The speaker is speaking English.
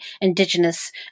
Indigenous